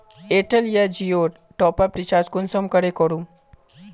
Airtel या जियोर top up recharge कुंसम करे करूम?